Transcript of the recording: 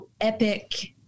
epic